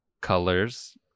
colors